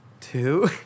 two